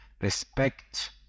respect